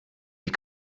die